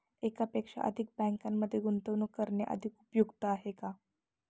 एकापेक्षा अधिक बँकांमध्ये गुंतवणूक करणे अधिक उपयुक्त आहे का?